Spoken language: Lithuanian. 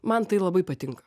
man tai labai patinka